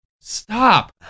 Stop